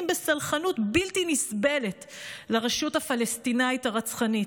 בסלחנות בלתי נסבלת לרשות הפלסטינית הרצחנית,